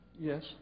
Yes